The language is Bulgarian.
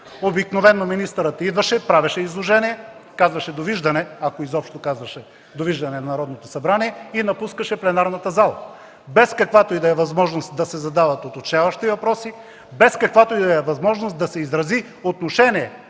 Обикновено министърът идваше, правеше изложение, казваше „Довиждане”, ако изобщо казваше „Довиждане” на Народното събрание, и напускаше пленарната зала, без каквато и да е възможност да се задават уточняващи въпроси, без каквато и да е възможност да се изрази отношение